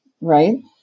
right